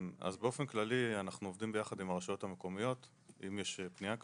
באופן כללי אנחנו עובדים יחד עם הרשויות המקומיות אם יש פנייה כזאת,